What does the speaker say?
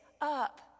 up